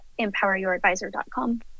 empoweryouradvisor.com